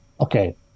okay